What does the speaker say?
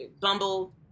Bumble